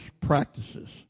practices